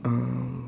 um